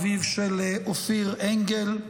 אביו של אופיר אנגל,